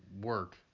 work